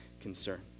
concern